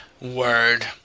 Word